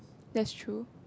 that's true